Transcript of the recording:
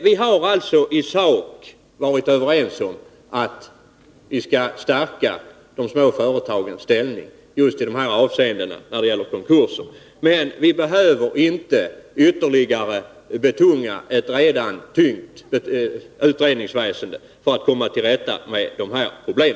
Vi har alltså i sak varit överens om att vi skall stärka de små företagens ställning just i dessa avseenden när det gäller konkurser. Men vi behöver inte ytterligare betunga ett redan tyngt utredningsväsende för att komma till rätta med dessa problem.